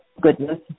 goodness